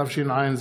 התשע"ז